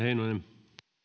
herra